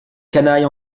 canaille